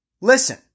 Listen